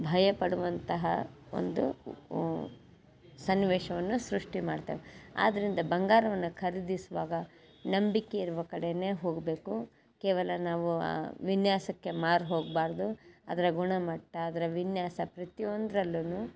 ಭಯ ಪಡುವಂತಹ ಒಂದು ಊ ಸನ್ನಿವೇಶವನ್ನು ಸೃಷ್ಟಿ ಮಾಡ್ತೇವೆ ಆದ್ದರಿಂದ ಬಂಗಾರವನ್ನು ಖರೀದಿಸುವಾಗ ನಂಬಿಕೆ ಇರುವ ಕಡೆಯೇ ಹೋಗಬೇಕು ಕೇವಲ ನಾವು ವಿನ್ಯಾಸಕ್ಕೆ ಮಾರು ಹೋಗಬಾರ್ದು ಅದರ ಗುಣಮಟ್ಟ ಅದರ ವಿನ್ಯಾಸ ಪ್ರತಿಯೊಂದ್ರಲ್ಲಿಯೂ